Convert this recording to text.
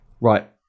Right